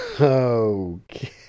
Okay